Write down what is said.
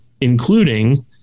including